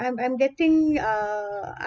I'm I'm getting uh